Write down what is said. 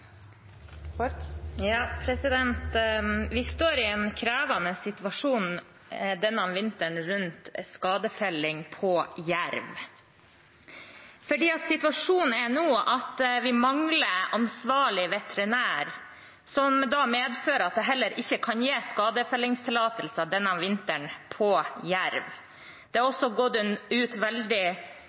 at vi mangler en ansvarlig veterinær, noe som da medfører at det heller ikke kan gis skadefellingstillatelser denne vinteren på jerv. Det er også gått ut veldig